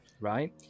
right